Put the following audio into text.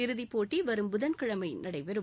இறுதிப்போட்டி வரும் புதன்கிழமை நடைபெறும்